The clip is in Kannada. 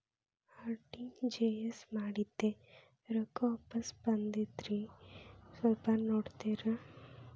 ಆರ್.ಟಿ.ಜಿ.ಎಸ್ ಮಾಡಿದ್ದೆ ರೊಕ್ಕ ವಾಪಸ್ ಬಂದದ್ರಿ ಸ್ವಲ್ಪ ನೋಡ್ತೇರ?